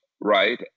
right